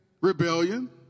rebellion